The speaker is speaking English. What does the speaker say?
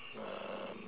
um